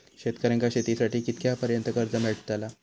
शेतकऱ्यांका शेतीसाठी कितक्या पर्यंत कर्ज भेटताला?